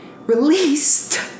Released